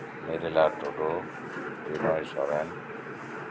ᱢᱮᱨᱤᱱᱟ ᱴᱩᱰᱩ ᱱᱤᱢᱟᱭ ᱥᱚᱨᱮᱱ